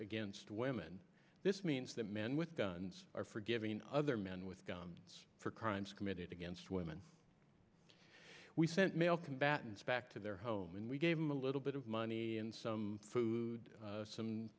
against women this means that men with guns are forgiving other men with guns for crimes committed against women we sent male combatants back to their home and we gave them a little bit of money and some food some